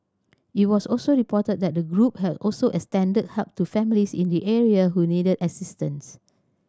it was also reported that the group has also extended help to families in the area who needed assistance